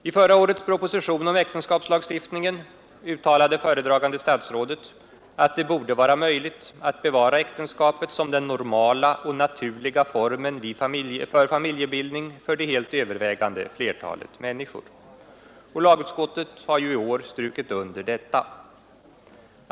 I förra årets proposition om äktenskapslagstiftningen uttalade föredragande statsrådet att det borde vara möjligt att bevara äktenskapet som den normala och naturliga formen för familjebildning för det helt övervägande flertalet människor. Lagutskottet har i år strukit under detta.